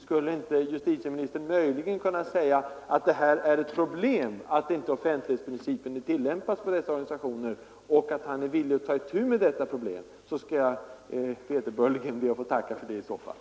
Skulle inte justitieministern möjligen kunna säga att det är ett problem att inte offentlighetsprincipen tillämpas på ifrågavarande organisationer och att han är villig att ta itu med detta problem. I så fall skall jag vederbörligen be att få tacka för det.